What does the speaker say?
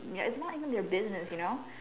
ya its not even your business you know